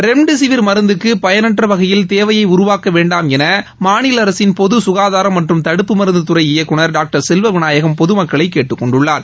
remdesivir மருந்துக்கு பயனற்ற வகையில் தேவையை உருவாக்க வேண்டாம் என மாநில அரசின் பொது சுகாதாரம் மற்றம் தடுப்பு மருந்து துறை இயக்குநர் டாக்டர் செல்வவிநாயகம் பொது மக்களை கேட்டுக்கொண்டுள்ளார்